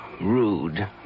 rude